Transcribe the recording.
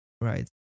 right